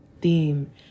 theme